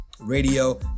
Radio